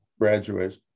graduate